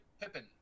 pippin